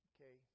Okay